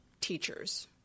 teachers